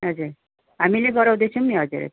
हजुर हामीले गराउँदैछौँ नि हजुर हजुर